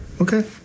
Okay